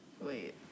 Wait